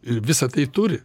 ir visa tai turi